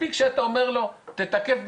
מספיק שאתה אומר לו: תתקף,